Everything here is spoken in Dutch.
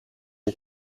een